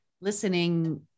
listening